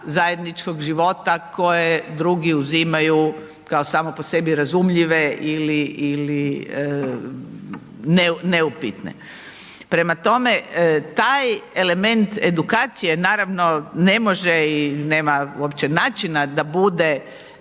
zajedničkog života koje drugi uzimaju kao samo po sebi razumljive ili neupitne. Prema tome, taj element edukacije naravno, ne može i nema uopće načina da bude